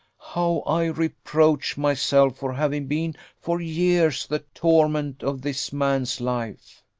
how i reproach myself for having been for years the torment of this man's life!